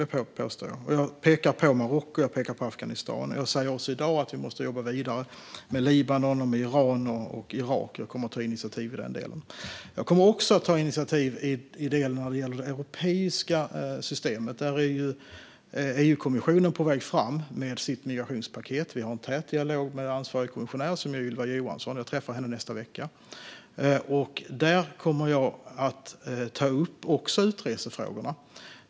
Det påstår jag. Jag pekar på Marocko, och jag pekar på Afghanistan. Jag säger också i dag att vi måste jobba vidare med Libanon, Iran och Irak och att jag kommer att ta initiativ i den delen. Jag kommer också att ta initiativ när det gäller det europeiska systemet. Där är EU-kommissionen på väg fram med sitt migrationspaket. Vi har en tät dialog med ansvarig kommissionär, som är Ylva Johansson. Jag träffar henne i nästa vecka. Där kommer jag även att ta upp utresefrågorna.